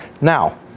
now